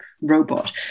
robot